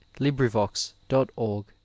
LibriVox.org